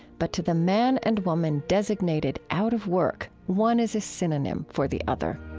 but to the man and woman designated out of work, one is a synonym for the other.